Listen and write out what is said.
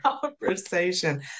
conversation